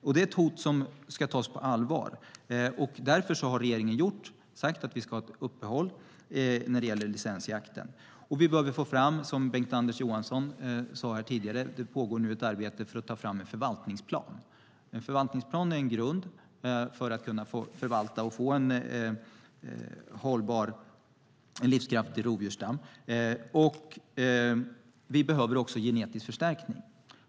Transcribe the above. Detta är ett hot som ska tas på allvar. Därför har regeringen sagt att vi ska ha ett uppehåll i licensjakten. Som Bengt-Anders Johansson sade här tidigare pågår det nu ett arbete för att ta fram en förvaltningsplan. Vi behöver ha en sådan, för den är en grund för att man ska kunna förvalta och få en hållbar, livskraftig rovdjursstam. Vi behöver också genetisk förstärkning.